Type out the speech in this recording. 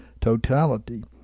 totality